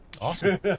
Awesome